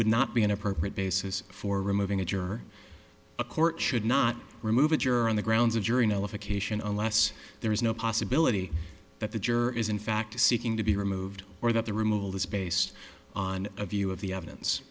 would not be an appropriate basis for removing a juror a court should not remove a juror on the grounds of jury nullification unless there is no possibility that the juror is in fact seeking to be removed or that the removal is based on a view of the evidence